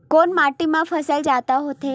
कोन माटी मा फसल जादा होथे?